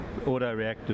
autoreactive